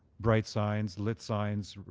bright signs, lit signs,